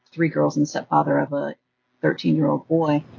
three girls and stepfather of a thirteen year old boy.